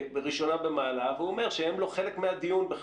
ראשונה במעלה והוא אומר שהם לא חלק מהדיון בכלל.